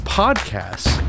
podcasts